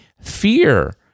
fear